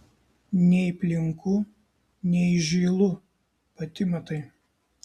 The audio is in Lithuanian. nei plinku nei žylu pati matai